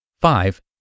Five